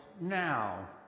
now